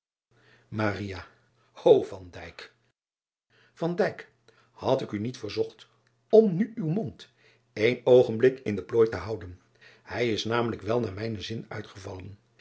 ad ik u niet verzocht om nu uw mond een oogenblik in die plooi te houden ij is tamelijk wel naar mijn zin uitgevallen